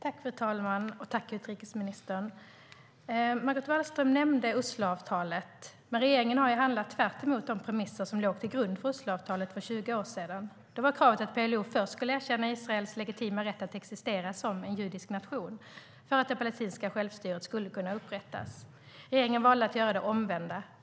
Fru talman! Tack, utrikesministern! Regeringen valde att göra det omvända.